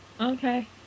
Okay